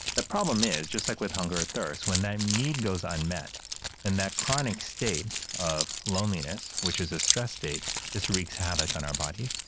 the problem is, just like with hunger or thirst, when that need goes unmet and that chronic state of loneliness, which is a stress state, just wreaks havoc on our bodies.